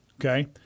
Okay